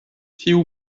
tiu